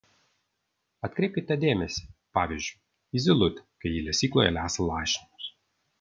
atkreipkite dėmesį pavyzdžiui į zylutę kai ji lesykloje lesa lašinius